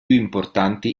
importanti